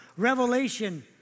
Revelation